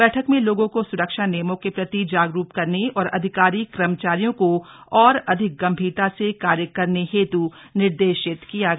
बैठक में लोगों को सुरक्षा नियमों के प्रति जागरूक करने और अधिकारी कर्मचारियों को और अधिक गंभीरता से कार्य करने हेतु निर्देशित किया गया